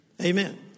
Amen